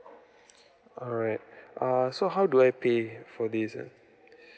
alright um so how do I pay for this ah